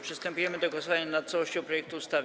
Przystępujemy do głosowania nad całością projektu ustawy.